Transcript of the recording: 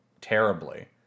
terribly